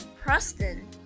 Preston